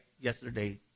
yesterday